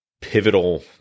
pivotal